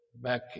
Back